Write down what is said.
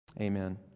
Amen